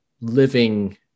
living